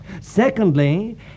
Secondly